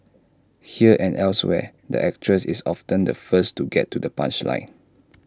here and elsewhere the actress is often the first to get to the punchline